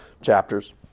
chapters